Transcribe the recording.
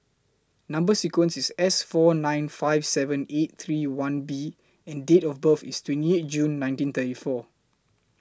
Number sequence IS S four nine five seven eight three one B and Date of birth IS twenty eight June nineteen thirty four